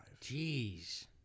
Jeez